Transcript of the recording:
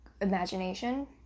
imagination